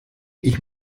ich